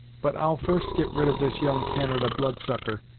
but i'll first get rid of this young canada blood sucker,